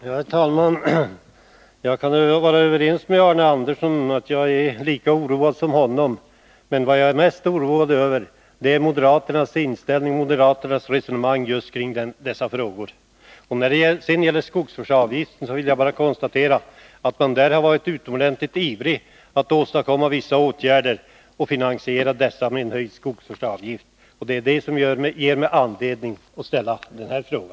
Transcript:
Herr talman! Jag kan vara överens med Arne Andersson i Ljung på en punkt. Jag är lika oroad som han. Mest oroad är jag dock över moderaternas resonemang i dessa frågor. När det sedan gäller skogsvårdsavgiften vill jag bara konstatera att moderaterna har varit utomordentligt ivriga att åstadkomma vissa åtgärder finansierade med en höjning av skogsvårdsavgiften. Det är det som givit mig anledning att ställa min fråga.